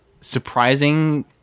surprising